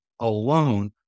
alone